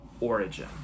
origin